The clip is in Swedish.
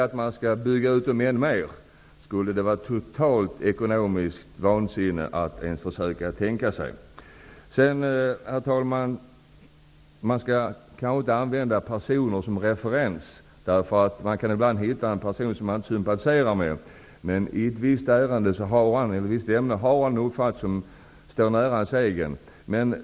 Att i dag bygga ut dem ännu mer är totalt ekonomiskt vansinne att ens försöka tänka sig. Her talman! Man bör kanske inte använda personer som referens. Man kan ibland hitta en person som man inte sympatiserar med men som i ett visst avseende har en uppfattning som står nära ens egen.